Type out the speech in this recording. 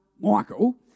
Michael